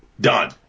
Done